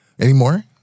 Anymore